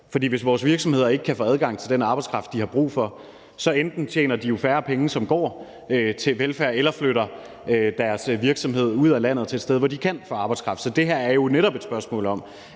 hvis vores virksomheder ikke kan få adgang til den arbejdskraft, de har brug for, tjener de enten færre penge, som går til velfærd, eller flytter deres virksomhed ud af landet til et sted, hvor de kan få arbejdskraft. Så det her er jo netop et spørgsmål om